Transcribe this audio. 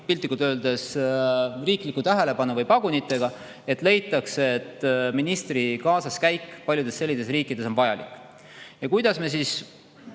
Eesti Vabariigi riikliku tähelepanu või pagunitega, et leitakse, et ministri kaasaskäik paljudes riikides on vajalik. Ja kuidas ma siis